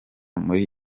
muri